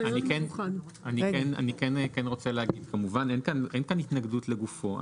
אני כן רוצה להגיד כמובן, אין כאן התנגדות לגופו.